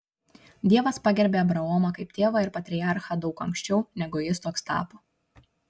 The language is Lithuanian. dievas pagerbė abraomą kaip tėvą ir patriarchą daug anksčiau negu jis toks tapo